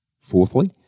Fourthly